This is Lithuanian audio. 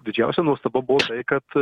didžiausia nuostaba buvo tai kad